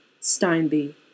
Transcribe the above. Steinbe